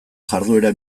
jarduera